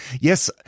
yes